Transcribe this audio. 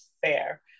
fair